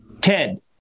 Ted